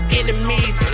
enemies